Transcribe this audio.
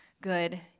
good